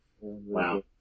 Wow